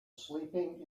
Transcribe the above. sleeping